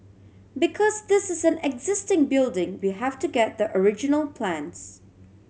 because this is an existing building we have to get the original plans